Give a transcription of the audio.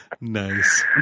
Nice